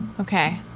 Okay